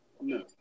no